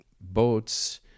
boats